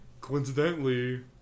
Coincidentally